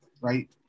right